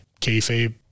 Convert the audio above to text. kayfabe